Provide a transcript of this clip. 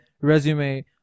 resume